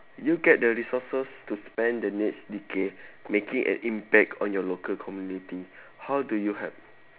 you get the resources to spend the next decade making an impact on your local community how do you help